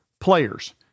Players